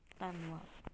ਧੰਨਵਾਦ